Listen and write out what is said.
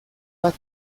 bat